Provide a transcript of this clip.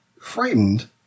frightened